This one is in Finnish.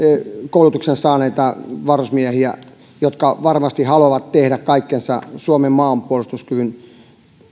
koulutuksen saaneita varusmiehiä jotka varmasti haluavat tehdä kaikkensa suomen maanpuolustuskyvyn